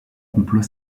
complot